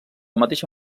mateixa